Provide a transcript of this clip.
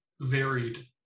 varied